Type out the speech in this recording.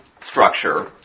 structure